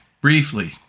briefly